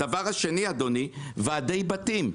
הדבר השני, אדוני, הוא ועדי בתים.